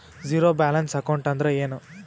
Zero balance account ಅಂದ್ರ ಏನು?